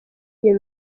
iyo